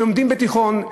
שלומדים בתיכון,